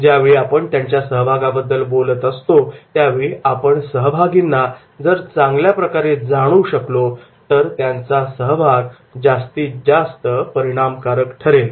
ज्यावेळी आपण त्यांच्या सहभागाबद्दल बोलत असतो त्यावेळी आपण सहभागींना जर चांगल्या प्रकारे जाणू शकलो तर त्यांचा सहभाग जास्त परिणामकारक ठरेल